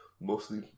mostly